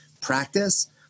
practice